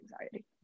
anxiety